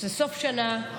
זה סוף שנה.